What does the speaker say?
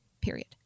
period